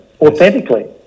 authentically